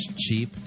cheap